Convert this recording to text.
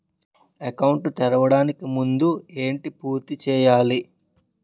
Account తెరవడానికి ముందు ఏంటి పూర్తి చేయాలి?